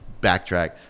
backtrack